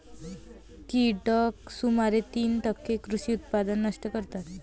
कीटक सुमारे तीस टक्के कृषी उत्पादन नष्ट करतात